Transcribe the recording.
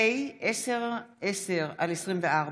פ/1010/24